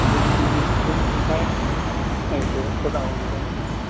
दुमनिनि सिजं आमफाय माखासे हरनागुरिनि दं